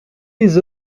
les